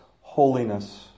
holiness